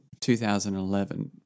2011